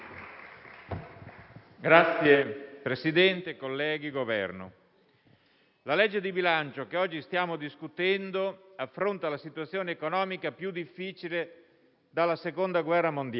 Signor Presidente, colleghi, signori del Governo, la legge di bilancio che oggi stiamo discutendo affronta la situazione economica più difficile dalla Seconda guerra mondiale.